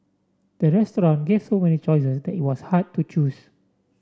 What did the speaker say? the restaurant gave so many choices that was hard to choose